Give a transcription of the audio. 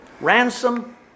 Ransom